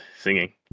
singing